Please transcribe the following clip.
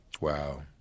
Wow